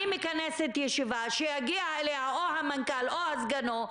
אני מכנסת ישיבה שיגיע אליה או המנכ"ל או סגנו,